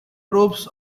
troops